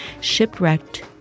shipwrecked